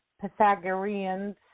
Pythagoreans